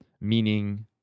meaning